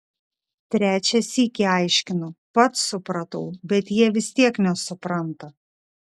trečią sykį aiškinu pats supratau bet jie vis tiek nesupranta